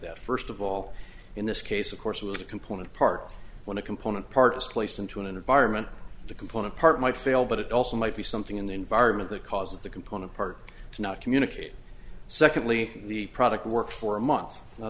that first of all in this case of course it was a component part when a component part is placed into an environment the component part might fail but it also might be something in the environment the cause of the component part does not communicate secondly the product worked for a month